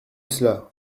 cela